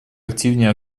активнее